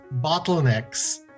bottlenecks